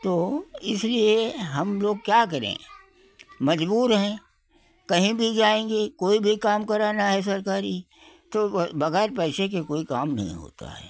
तो इसलिए हम लोग क्या करें मज़बूर हैं कहीं भी जाएँगे कोई भी काम कराना है सरकारी तो वो बग़ैर पैसे के कोई काम नहीं होता है